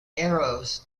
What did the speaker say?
arrows